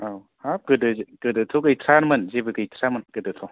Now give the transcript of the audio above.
औ हाब गोदो गोदोथ' गैथ्रामोन जेबो गैथ्रामोन गोदोथ'